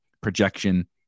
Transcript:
projection